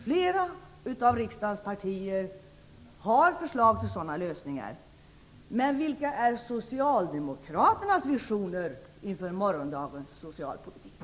Flera av riksdagens partier har förslag till sådana lösningar, men vilka är Socialdemokraternas visioner inför morgondagens socialpolitik?